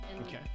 Okay